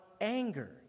anger